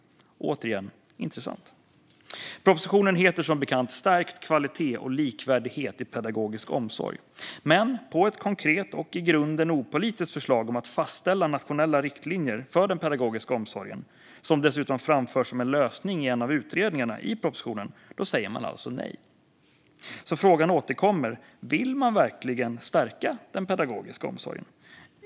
Det är återigen intressant. Propositionen heter Stärkt kvalitet och likvärdighet i pedagogisk omsorg . Men på ett konkret och i grunden opolitiskt förslag om att fastställa nationella riktlinjer för den pedagogiska omsorgen, som dessutom framförs som en lösning i en av utredningarna i propositionen, säger man alltså nej. Frågan återkommer: Vill man verkligen stärka den pedagogiska omsorgen?